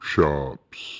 Shops